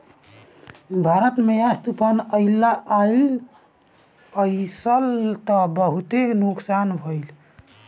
भारत में यास तूफ़ान अइलस त बहुते नुकसान भइल रहे